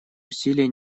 усилия